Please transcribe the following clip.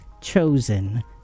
chosen